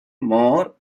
more